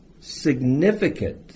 significant